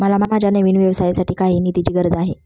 मला माझ्या नवीन व्यवसायासाठी काही निधीची गरज आहे